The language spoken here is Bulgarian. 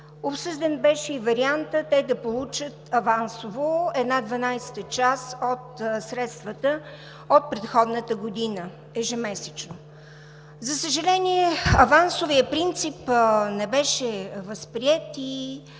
обсъден беше и вариантът те да получат авансово 1/12 част от средствата от предходната година ежемесечно. За съжаление, авансовият принцип не беше възприет